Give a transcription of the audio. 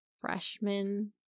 freshman